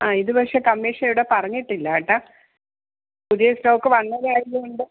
ആ ഇത് പക്ഷെ കമ്മീഷ ഇവിടെ പറഞ്ഞിട്ടില്ല കേട്ടോ പുതിയ സ്റ്റോക്ക് വന്നതായത് കൊണ്ട്